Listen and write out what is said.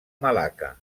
malacca